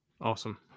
Awesome